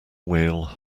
wheel